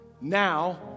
now